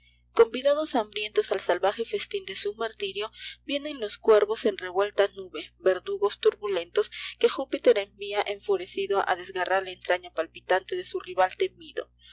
convidados hambrientos al salvaje festin de su martirio vienen los cuervo en revuelta nube verdugo turbuled os que júpiter envia enfurecido a desgarrar la entrafta palpitante de su rival temido